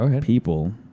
people